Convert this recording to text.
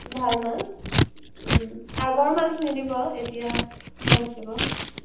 ভাল মাছ আগৰ মাছ নিদিব এতিয়াৰ মাছ দিব